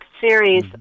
series